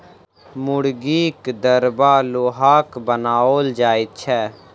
मुर्गीक दरबा लोहाक बनाओल जाइत छै